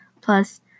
plus